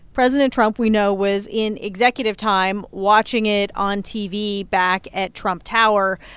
president trump, we know, was, in executive time, watching it on tv back at trump tower.